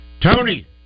Tony